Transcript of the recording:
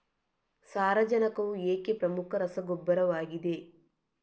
ಸಾರಜನಕವು ಏಕೆ ಪ್ರಮುಖ ರಸಗೊಬ್ಬರವಾಗಿದೆ?